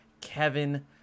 Kevin